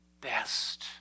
best